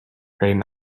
pretty